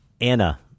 anna